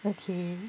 okay